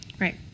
Right